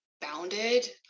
bounded